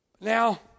Now